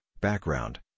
background